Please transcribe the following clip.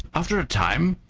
after a time,